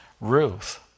Ruth